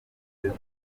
zindi